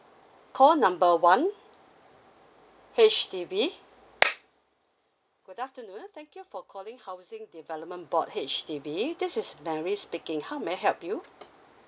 call number one H_D_B good afternoon thank you for calling housing development board H_D_B this is mary speaking how may I help you